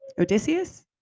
Odysseus